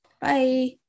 Bye